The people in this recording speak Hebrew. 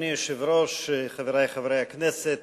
אדוני היושב-ראש, חברי חברי הכנסת,